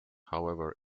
however